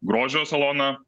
grožio saloną